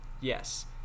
yes